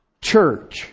church